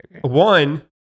one